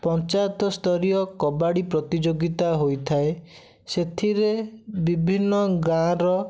ପଞ୍ଚାୟତସ୍ତରୀୟ କବାଡ଼ି ପ୍ରତିଯୋଗିତା ହୋଇଥାଏ ସେଥିରେ ବିଭିନ୍ନ ଗାଁର